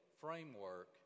framework